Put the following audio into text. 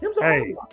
Hey